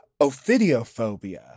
Ophidiophobia